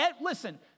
listen